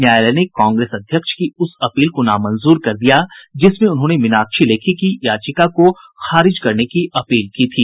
न्यायालय ने कांग्रेस अध्यक्ष की उस अपील को नामंजूर कर दिया जिसमें उन्होंने मीनाक्षी लेखी की याचिका को खारिज करने की अपील की थी